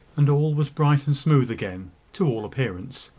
and all was bright and smooth again to all appearance.